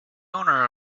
owner